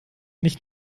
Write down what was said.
nicht